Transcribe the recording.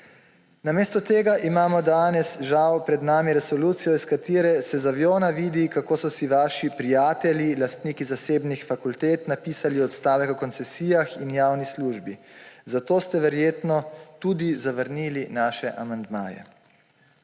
Namesto tega imamo danes žal pred nami resolucijo, iz katere se iz aviona vidi, kako so si vaši prijatelji, lastniki zasebnih fakultet, napisali odstavek o koncesijah in javni službi. Zato ste verjetno tudi zavrnili naše amandmaje.